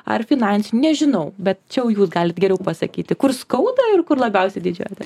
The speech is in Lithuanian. ar finansinių nežinau bet čia jau jūs galit geriau pasakyti kur skauda ir kur labiausiai didžiuojatės